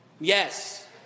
Yes